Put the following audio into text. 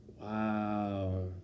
Wow